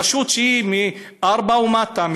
רשות שהיא מ-4 ומטה,